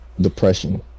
depression